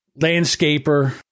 Landscaper